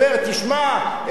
אומר: תשמע,